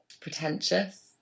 pretentious